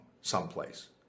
someplace